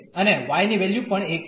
અને y ની value પણ 1 છે